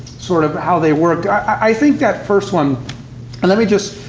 sort of, how they worked. i think that first one let me just